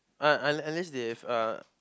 uh un~ unless they have uh